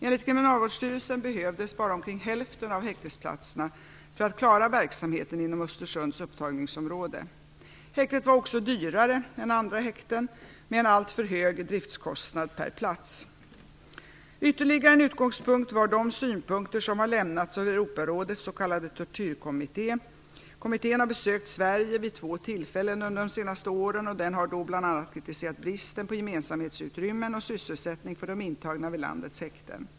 Enligt Kriminalvårdsstyrelsen behövdes bara omkring hälften av häktesplatserna för att klara verksamheten inom Östersunds upptagningsområde. Häktet var också dyrare än andra häkten, med en alltför hög driftskostnad per plats. Ytterligare en utgångspunkt var de synpunkter som har lämnats av Europarådets s.k. Tortyrkommitté Kommittén har besökt Sverige vid två tillfällen under de senaste åren och den har då bl.a. kritiserat bristen på gemensamhetsutrymmen och sysselsättning för de intagna vid landets häkten.